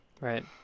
Right